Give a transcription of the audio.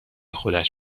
خودش